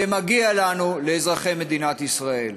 זה מגיע לנו, לאזרחי מדינת ישראל.